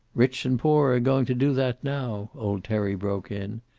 rich and poor are going to do that, now, old terry broke in.